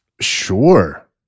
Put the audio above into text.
Sure